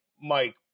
Mike